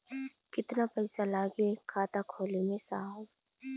कितना पइसा लागि खाता खोले में साहब?